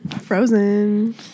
Frozen